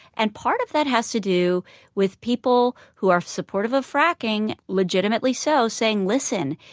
and part of that has to do with people who are supportive of fracking, legitimately so, saying, listen,